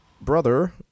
brother